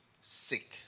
sick